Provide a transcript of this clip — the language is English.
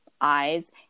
eyes